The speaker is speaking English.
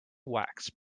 wax